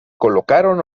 colocaron